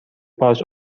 پارچ